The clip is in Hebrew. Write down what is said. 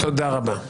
תודה רבה.